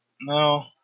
No